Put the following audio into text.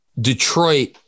Detroit